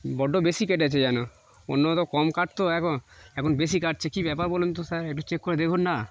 বড্ড বেশি কেটেছে যেন অন্য তো কম কাটতো এখন এখন বেশি কাটছে কী ব্যাপার বলুন তো স্যার একটু চেক করে দেখুন না